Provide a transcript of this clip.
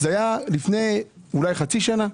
זה היה לפני כחצי שנה.